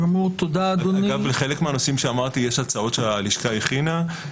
בחלק מהנושאים שאמרתי יש הצעות שהלשכה הכינה.